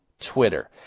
Twitter